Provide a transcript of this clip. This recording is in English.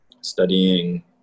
studying